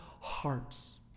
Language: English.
hearts